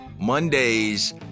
Mondays